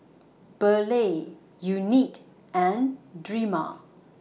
Burley Unique and Drema